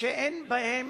שאין בהן